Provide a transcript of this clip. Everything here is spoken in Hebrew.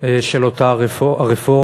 של אותה רפורמה,